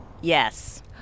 Yes